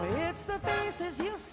it's the faces you